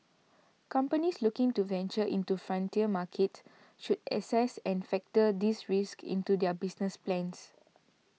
companies looking to venture into frontier markets should assess and factor these risks into their business plans